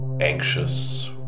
anxious